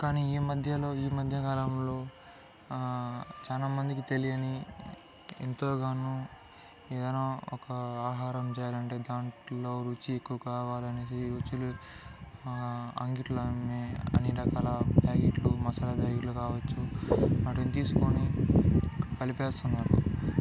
కాని ఈ మధ్యలో ఈ మధ్యకాలంలో చాలా మందికి తెలియని ఎంతోగానో ఏదైనా ఒక ఆహారం చేయాలంటే దాంట్లో రుచి ఎక్కువ కావాలనేది రుచులు అంగటిలో అన్ని అన్నిరకాల ప్యాకెట్లు మసాలా ప్యాకెట్లు కావచ్చు మరి తీసుకుని క కలిపేస్తున్నారు